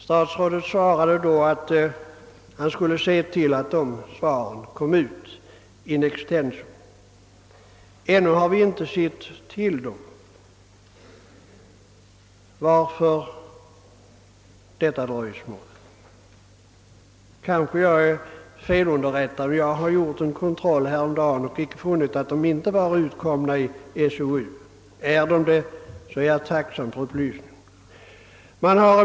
Statsrådet svarade då att han skulle se till att de svaren gavs ut in extenso. Ännu har vi inte sett till dem. Varför detta dröjsmål? Jag är kanske felunderrättad, men jag fann vid en kontroll häromdagen att de inte är ut komma i SOU. Om de är det, är jag tacksam för upplysningar.